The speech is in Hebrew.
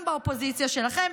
גם באופוזיציה שלכם,